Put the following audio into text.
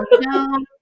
no